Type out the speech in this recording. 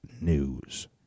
news